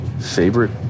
favorite